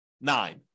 nine